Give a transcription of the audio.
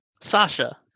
Sasha